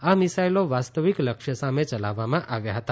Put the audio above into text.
આ મિસાઇલો વાસ્તવિક લક્ષ્ય સામે ચલાવવામાં આવ્યા હતા